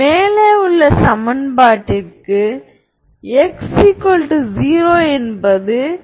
மேலும் அது சமச்சீராக இருந்தால் அது ஹெர்மிடியன்